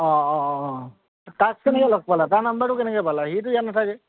অঁ অঁ অঁ অ তাক কেনেকে লগ পালা তাৰ নাম্বাৰটো কেনেকে পালা সিটো ইয়াত নাথাকে